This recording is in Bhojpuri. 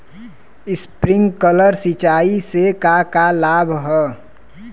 स्प्रिंकलर सिंचाई से का का लाभ ह?